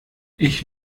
ich